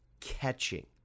catching